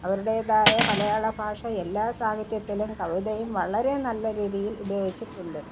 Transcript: അവരുടേതായ മലയാള ഭാഷ എല്ലാ സാഹിത്യത്തിലും കവിതയും വളരെ നല്ല രീതിയിൽ ഉപയോഗിച്ചിട്ടുണ്ട്